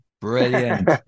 brilliant